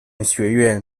学院